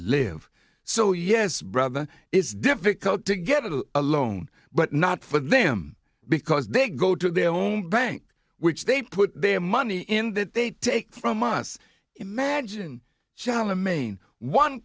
live so yes brother it's difficult to get it all alone but not for them because they go to their own bank which they put their money in that they take from us imagine shallum main one